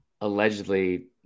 allegedly